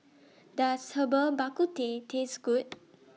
Does Herbal Bak Ku Teh Taste Good